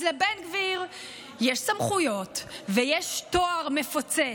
אז לבן גביר יש סמכויות ויש תואר מפוצץ,